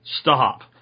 stop